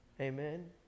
Amen